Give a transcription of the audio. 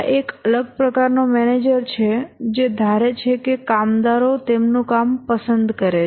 એક અલગ પ્રકારનો મેનેજર છે જે ધારે છે કે કામદારો તેમનું કામ પસંદ કરે છે